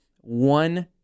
one